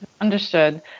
Understood